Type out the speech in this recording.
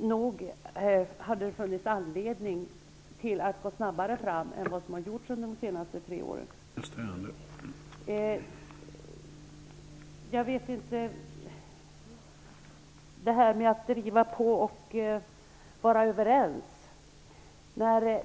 Nog har det funnits anledning att gå snabbare fram än vad som har skett under de senaste tre åren. Vad gäller att driva på och vara överens vill jag framhålla följande.